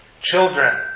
children